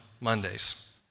Mondays